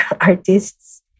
artists